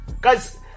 guys